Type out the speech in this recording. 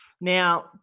Now